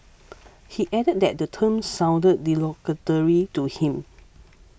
he added that the term sounded derogatory to him